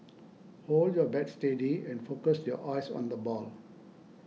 hold your bat steady and focus your eyes on the ball